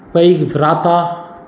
पैघ भ्राता